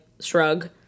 shrug